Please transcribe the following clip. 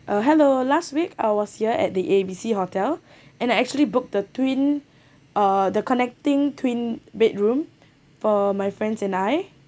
uh hello last week I was here at the A B C hotel and I actually booked the twin uh the connecting twin bedroom for my friends and I